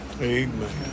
amen